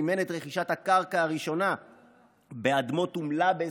מימן את רכישת הקרקע הראשונה באדמות אוממלבס,